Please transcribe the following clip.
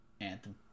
Anthem